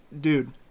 dude